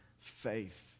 faith